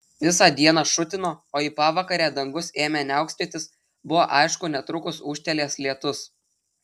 visą dieną šutino o į pavakarę dangus ėmė niaukstytis buvo aišku netrukus ūžtelės lietus